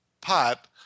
pot